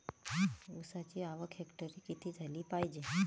ऊसाची आवक हेक्टरी किती झाली पायजे?